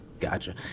Gotcha